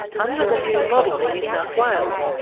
under the new model in new south wales,